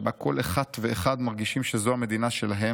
שבה כל אחת ואחד מרגישים שזו המדינה שלהם